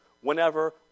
whenever